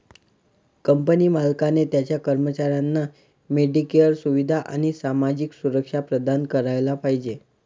company मालकाने त्याच्या कर्मचाऱ्यांना मेडिकेअर सुविधा आणि सामाजिक सुरक्षा प्रदान करायला पाहिजे